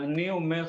ואני אומר,